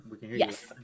Yes